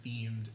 themed